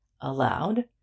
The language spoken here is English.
Aloud